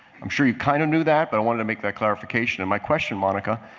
um sure you kind of knew that but i wanted to make that clarification. and my question monica,